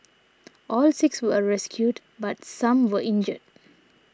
all six were rescued but some were injured